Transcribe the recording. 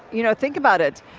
you know, think about it.